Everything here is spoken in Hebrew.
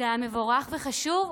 וזה היה מבורך וחשוב.